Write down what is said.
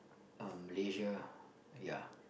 um Malaysia ya